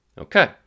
Okay